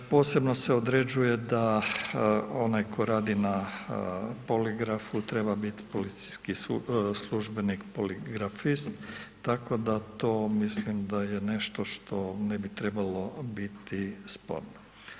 Posebno se određuje da onaj tko radi na poligrafu treba biti policijski službenik poligrafist, tako da to mislim da je nešto što ne bi trebalo biti sporno.